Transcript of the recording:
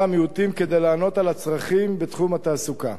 המיעוטים כדי לענות על הצרכים בתחום התעסוקה.